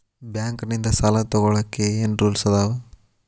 Bank ನಿಂದ್ ಸಾಲ ತೊಗೋಳಕ್ಕೆ ಏನ್ ರೂಲ್ಸ್ ಅದಾವ?